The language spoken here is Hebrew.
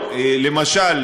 למשל,